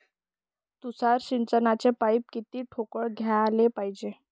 तुषार सिंचनाचे पाइप किती ठोकळ घ्याले पायजे?